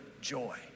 joy